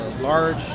large